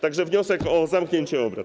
Tak że wniosek o zamknięcie obrad.